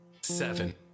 seven